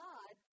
God